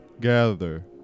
gather